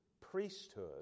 priesthood